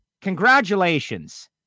congratulations